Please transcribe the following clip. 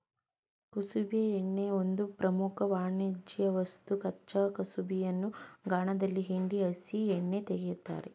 ಕುಸುಬೆ ಎಣ್ಣೆ ಒಂದು ಪ್ರಮುಖ ವಾಣಿಜ್ಯವಸ್ತು ಕಚ್ಚಾ ಕುಸುಬೆಯನ್ನು ಗಾಣದಲ್ಲಿ ಹಿಂಡಿ ಹಸಿ ಎಣ್ಣೆ ತೆಗಿತಾರೆ